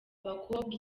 bakobwa